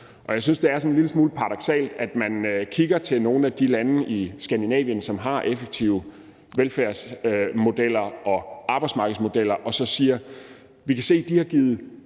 en lille smule paradoksalt, at man kigger til nogle af de lande i Skandinavien, som har effektive velfærdsmodeller og arbejdsmarkedsmodeller, og siger: Vi kan se, at de har givet